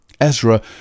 Ezra